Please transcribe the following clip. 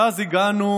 ואז הגענו